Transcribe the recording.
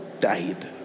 died